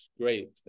great